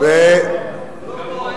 גם הוא.